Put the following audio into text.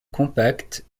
compacte